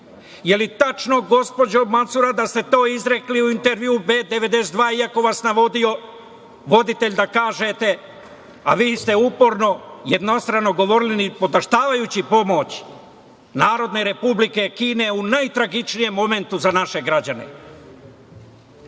li je tačno, gospođo Macura da ste to izrekli u intervjuu „B 92“, iako vas navodio voditelj da kažete, a vi ste uporno jednostrano govorili, nipodaštavajući pomoć Narodne Republike Kine u najtragičnijem momentu za naše građane?